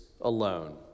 alone